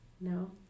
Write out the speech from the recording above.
No